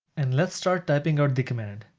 and let's start typing out the command.